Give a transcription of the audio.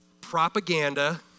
propaganda